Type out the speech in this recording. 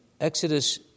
Exodus